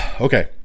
Okay